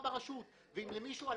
ואם למישהו יש